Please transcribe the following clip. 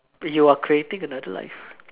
you are creating another life